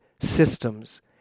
systems